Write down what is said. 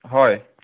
হয়